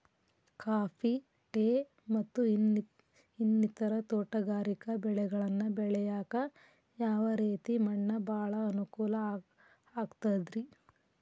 Coffee, tea, ಮತ್ತ ಇನ್ನಿತರ ತೋಟಗಾರಿಕಾ ಬೆಳೆಗಳನ್ನ ಬೆಳೆಯಾಕ ಯಾವ ರೇತಿ ಮಣ್ಣ ಭಾಳ ಅನುಕೂಲ ಆಕ್ತದ್ರಿ?